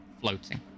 floating